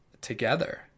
together